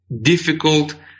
difficult